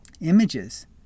images